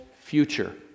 future